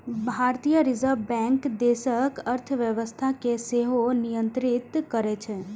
भारतीय reserve bank देशक अर्थव्यवस्था कें सेहो नियंत्रित करै छै